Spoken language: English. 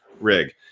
rig